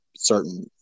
certain